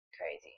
crazy